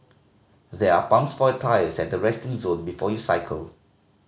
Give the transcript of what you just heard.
there are pumps for your tyres at the resting zone before you cycle